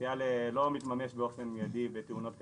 שהפוטנציאל לא מתממש באופן מיידי בתאונות קטלניות,